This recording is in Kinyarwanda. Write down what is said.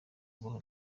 kubaho